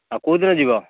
ଆଉ କେଉଁଦିନ ଯିବ